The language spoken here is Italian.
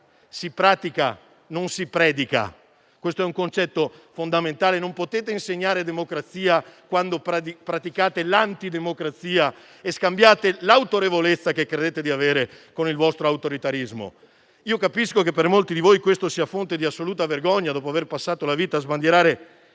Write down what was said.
si pratica, non si predica, questo è un concetto fondamentale, non potete insegnare la democrazia quando praticate l'antidemocrazia e scambiate l'autorevolezza che credete di avere con il vostro autoritarismo. Capisco che per molti di voi questo sia fonte di assoluta vergogna, dopo aver passato la vita a sbandierare